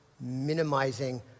minimizing